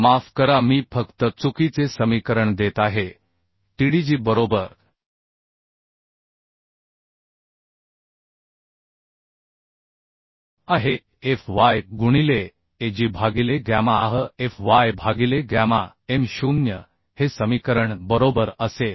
माफ करा मी फक्त चुकीचे समीकरण देत आहे TDG बरोबर आहे f y गुणिले a g भागिले गॅमा आह f y भागिले गॅमा m 0 हे समीकरण बरोबर असेल